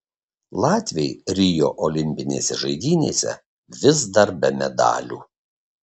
latviai rio olimpinėse žaidynėse vis dar be medalių